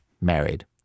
married